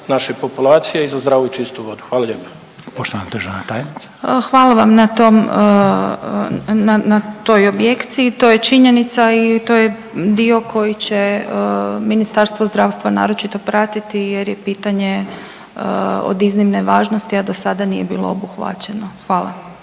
naše populacije i za zdravu i čistu vodu. Hvala lijepo. **Reiner, Željko (HDZ)** Poštovana državna tajnica. **Bubaš, Marija** Hvala vam na tom, na toj objekciji, to je činjenica i to je dio koji će Ministarstvo zdravstva naročito pratiti jer je pitanja od iznimne važnosti, a dosada nije bilo obuhvaćeno. Hvala.